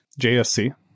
JSC